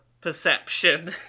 perception